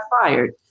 fired